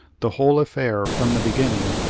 the whole affair, from the beginning,